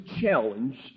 challenge